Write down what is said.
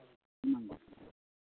ᱦᱮᱸ